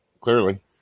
clearly